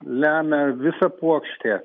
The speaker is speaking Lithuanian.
lemia visa puokštė